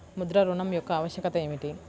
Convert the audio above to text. ముద్ర ఋణం యొక్క ఆవశ్యకత ఏమిటీ?